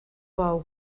bou